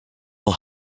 will